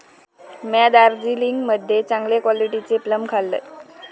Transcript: म्या दार्जिलिंग मध्ये चांगले क्वालिटीचे प्लम खाल्लंय